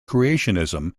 creationism